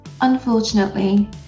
Unfortunately